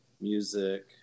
music